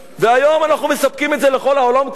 והיום אנחנו מספקים את זה לכל העולם כולו,